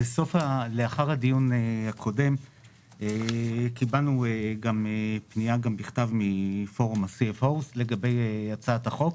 לאחר הדיון הקודם קיבלנו פנייה בכתב מפורום ה-CFO's לגבי הצעת החוק,